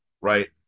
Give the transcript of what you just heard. right